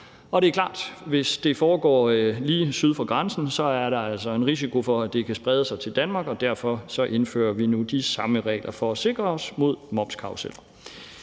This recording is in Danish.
og det er klart, at der, hvis det foregår lige syd for grænsen, så er en risiko for, at det kan sprede sig til Danmark, og derfor indfører vi nu de samme regler for at sikre os mod momskarruseller.